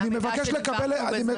תרשמי לך בבקשה,